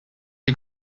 you